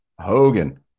Hogan